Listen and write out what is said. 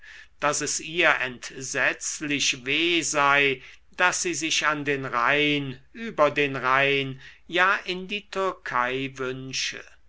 daß es ihr entsetzlich weh sei daß sie sich an den rhein über den rhein ja in die türkei wünsche